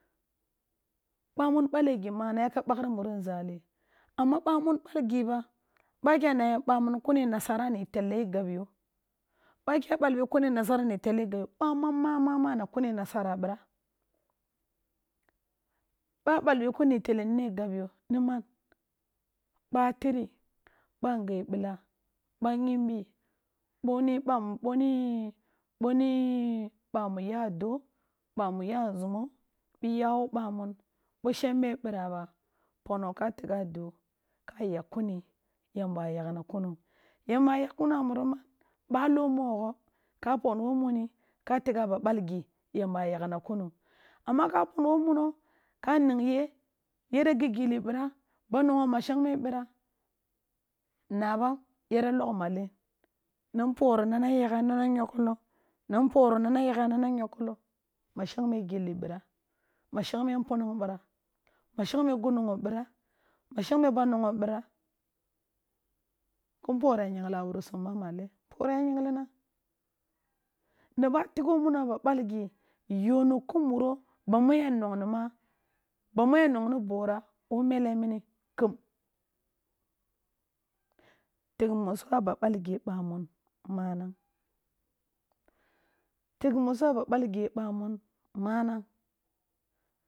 Bamm bale gi manang ya ka baghri muri nzali amma bamun ɓal gib a kya nayi bamun kune nasara ni tella yi gab yo, ba kya yo, bamma ma ma ma na kune nasara bira, ɓa ɓal bi kun ni tele nini gab iyo niman, ba tiri ba ngeh bila, ba yimbi boni, bamu boni bami ya doo bami ya nzumo bi ya wo bamun, bo shembe bira ba ka tigha do, ka yagh kuni yam bay a yakh nak uno, yamba yakh kunoa muri man, balo mogho ka pon wo muro ka ning ye yare gi gilli bira, ba nogho ba mushang me bira, na ban yara logh malen, na npori na nay agha na na yoghlo na npori na nay agha, nna na yoghlo bashing me gilli bira, bashengme npunang bira, baashengme gi nogho bira, bashengme bano gho bira, ki npori ya yigla wari sum ba malen npori ya yigli na na ba tigho muno a ba balgi y oni ku muro bamu ya nongni ma ba mu ya nongni bora wo incle mini kem tigh muso a ba bal gi bammun manang tigh muso a ba balge manang.